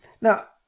Now